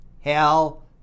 Hell